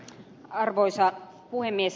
arvoisa puhemies